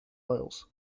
isles